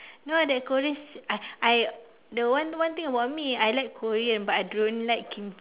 no that korean's ah I the one one thing about me I like korean but I don't like kimchi